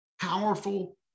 powerful